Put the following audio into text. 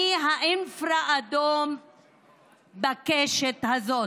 אני האינפרה-אדום בקשת הזאת.